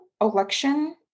election